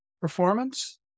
performance